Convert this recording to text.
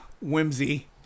whimsy